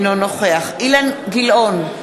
אינו נוכח אילן גילאון,